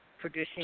producing